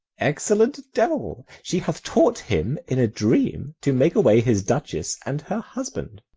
excellent devil! she hath taught him in a dream to make away his duchess and her husband.